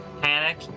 Panic